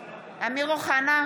אוחנה,